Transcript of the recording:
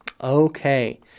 Okay